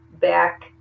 back